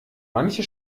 manche